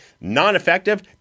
non-effective